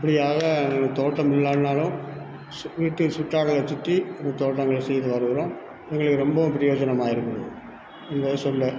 இப்படியாக எங்கள் தோட்டம் ஃபுல்லானாலும் சு வீட்டு சுற்றாடல சுற்றி தோட்டங்கள சீர் வாருகிறோம் எங்களுக்கு ரொம்பவும் புரோஜனமாக இருக்குது